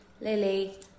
Lily